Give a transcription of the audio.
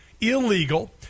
illegal